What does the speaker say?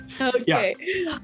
Okay